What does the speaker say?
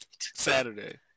Saturday